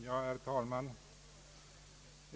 Herr talman!